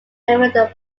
neighbourhood